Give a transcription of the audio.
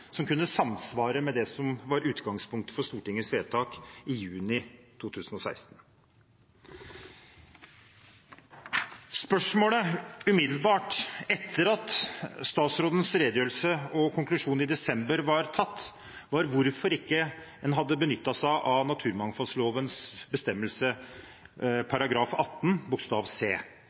som kunne samsvare med det som var utgangspunktet for Stortingets vedtak i juni 2016. Spørsmålet umiddelbart etter statsrådens redegjørelse og etter at konklusjonen i desember var tatt, var hvorfor man ikke hadde benyttet seg av naturmangfoldlovens bestemmelse § 18 bokstav c,